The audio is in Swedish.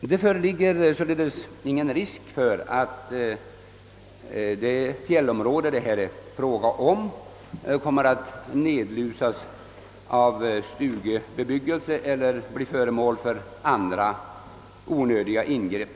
Det föreligger alltså ingen risk för att det fjällområde som det här är fråga om, kommer att »nedlusas» av stugbebyggelse eller bli föremål för andra onödiga ingrepp.